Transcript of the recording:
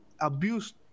abuse